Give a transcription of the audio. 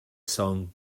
song